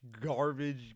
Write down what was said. garbage